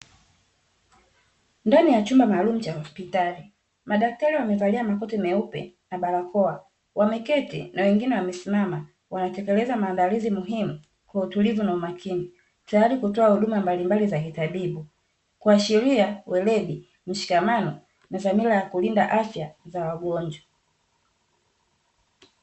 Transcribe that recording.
Ndani ya chumba maalum cha hospitali, madaktari wamevalia makoti meupe na barakoa. Wameketi na wengine wamesimama. Wanatekeleza maandalizi muhimu kwa utulivu na umakini tayari kutoa huduma mbalimbali za kitabibu, kuashiria weledi, mshikamano na dhamira ya kulinda afya za wagonjwa.